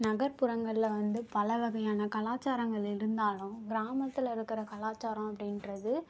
நகர் புறங்களில் வந்து பலவகையான கலாச்சாரங்கள் இருந்தாலும் கிராமத்தில் இருக்கிற கலாச்சாரம் அப்படின்றது